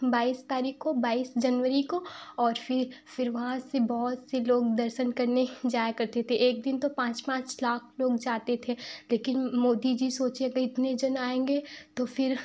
बाईस तारीख को बाईस जनवरी को और फिर फिर वहाँ से बहुत से लोग दर्शन करने जाया करते थे एक दिन तो पाँच पाँच लाख लोग जाते थे लेकिन मोदी जी सोचे कहीं इतने जन आएँगे तो फिर